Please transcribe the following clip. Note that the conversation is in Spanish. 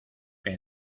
que